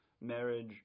marriage